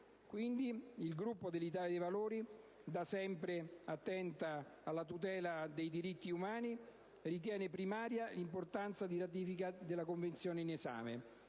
ai bambini. L'Italia dei Valori, da sempre attenta alla tutela dei diritti umani, ritiene primaria l'importanza della ratifica della Convenzione in esame.